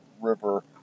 River